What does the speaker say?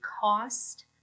cost